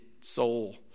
soul